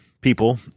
people